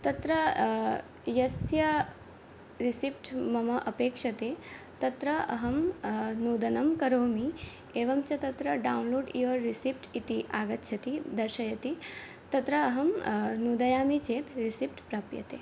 तत्र यस्य रिसिप्ट् मम अपेक्ष्यते तत्र अहं नोदनं करोमि एवं च तत्र डौन्लोड् युवर् रिसिप्ट् इति आगच्छति दर्शयति तत्र अहं नोदयामि चेत् रिसिप्ट् प्राप्यते